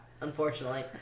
Unfortunately